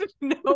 no